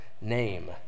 name